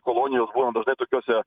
kolonijos buna dažnai tokiose